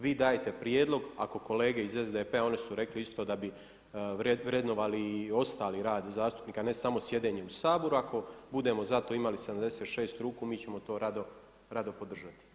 Vi dajte prijedlog, ako kolege iz SDP-a, one su rekle isto da bi vrednovali i ostali rad zastupnika ne samo sjedenje u Saboru, ako budemo za to imali 76 ruku mi ćemo to rado podržati.